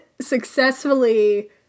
successfully